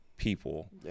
people